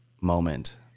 moment